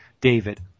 David